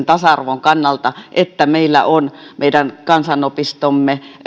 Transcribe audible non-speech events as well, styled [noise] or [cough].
[unintelligible] tasa arvon kannalta että meillä on meidän kansanopistomme